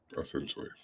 essentially